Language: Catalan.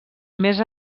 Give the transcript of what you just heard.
més